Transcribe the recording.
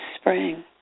spring